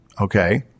okay